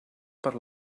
per